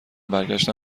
برگشتن